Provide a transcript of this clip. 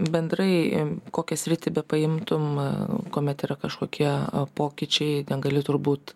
bendrai kokią sritį paimtum kuomet yra kažkokie pokyčiai negali turbūt